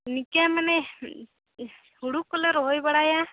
ᱱᱚᱝᱠᱟᱹ ᱢᱟᱱᱮ ᱦᱩᱲᱩ ᱠᱚᱞᱮ ᱨᱚᱦᱚᱭ ᱵᱟᱲᱟᱭᱟ